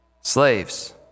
Slaves